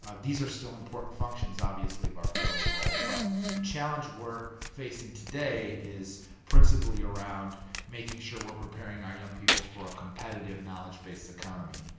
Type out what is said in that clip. ah these are still important functions, obviously, of our federal role. but the challenge we're facing today is principally around making sure we're preparing our young people for a competitive knowledge based economy.